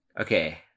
Okay